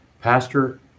Pastor